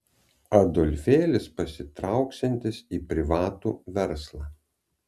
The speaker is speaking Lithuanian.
adolfėlis pasitrauksiantis į privatų verslą